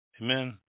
Amen